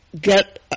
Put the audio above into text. get